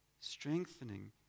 strengthening